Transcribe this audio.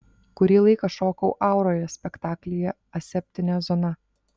kurį laiką šokau auroje spektaklyje aseptinė zona